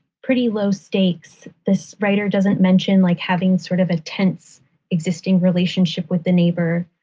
pretty low stakes. this writer doesn't mention like having sort of a tense existing relationship with the neighbor.